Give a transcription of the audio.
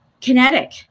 kinetic